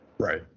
Right